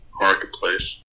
marketplace